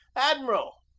admiral,